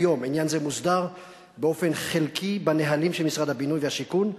כיום עניין זה מוסדר באופן חלקי בנהלים של משרד הבינוי והשיכון,